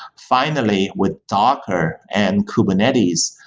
finally, with docker and kubernetes,